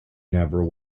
never